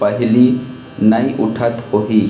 पहिली नइ उठत होही